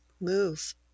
move